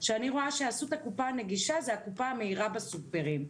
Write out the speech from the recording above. שאני רואה שעשו את הקופה הנגישה זו הקופה המהירה בסופרים,